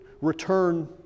return